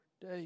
day